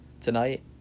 tonight